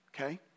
Okay